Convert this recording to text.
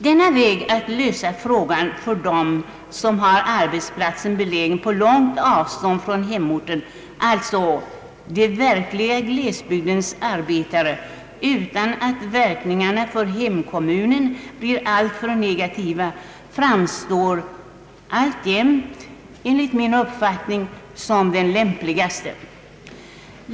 Detta sätt att lösa frågan för dem som har arbetsplatsen belägen på långt avstånd från hemorten — alltså de verkliga glesbygdsarbetarna — utan att verkningarna för hemkommunen blir alltför negativa framstår alltjämt enligt min uppfattning som det lämpligaste.